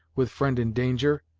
with friend in danger.